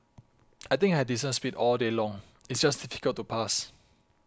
I think I had decent speed all day long it's just difficult to pass